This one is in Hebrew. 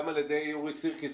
גם על ידי אורי סירקיס,